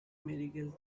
medical